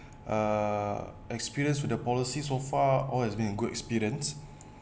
uh experience with the policy so far all it's been in good experience